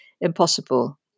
impossible